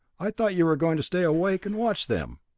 i thought you were going to stay awake and watch them!